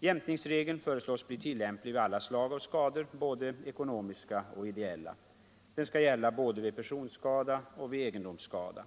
Jämkningsregeln fö reslås bli tillämplig vid alla slag av skador, både ekonomiska och ideella. Den skall gälla både vid personskada och vid egendomsskada.